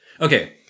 okay